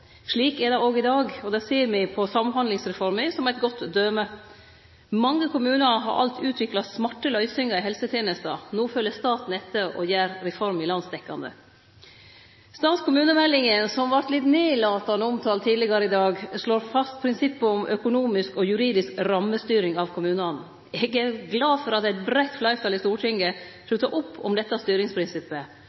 Slik er det òg i dag, og det ser me på Samhandlingsreforma, som er eit godt døme. Mange kommunar har allereie utvikla smarte løysingar i helsetenesta. No følgjer staten etter og gjer reforma landsdekkjande. Stat–kommune-meldinga som vart litt nedlatande omtala litt tidlegare her i dag, slår fast prinsippet om økonomisk og juridisk rammestyring av kommunane. Eg er glad for at eit breitt fleirtal i Stortinget sluttar opp om dette styringsprinsippet,